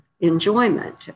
enjoyment